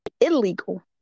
Illegal